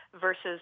Versus